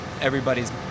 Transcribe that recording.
everybody's